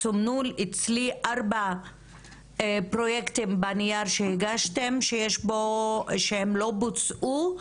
סומנו אצלי ארבעה פרויקטים בנייר שהגשתם שהן לא בוצעו,